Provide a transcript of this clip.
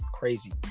Crazy